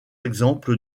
exemple